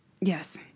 Yes